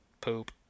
poop